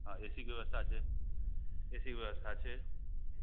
हँ एसीके बेवस्था छै एसीके बेवस्था छै